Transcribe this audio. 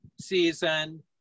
season